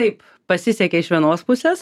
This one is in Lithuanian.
taip pasisekė iš vienos pusės